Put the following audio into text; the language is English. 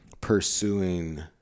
pursuing